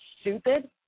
stupid